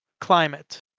climate